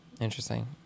Interesting